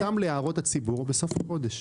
זה יפורסם להערות הציבור בסוף החודש.